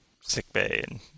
sickbay